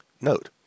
Note